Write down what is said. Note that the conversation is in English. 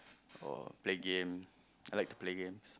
or play game I like to play games